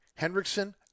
Hendrickson